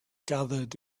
gathered